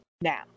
now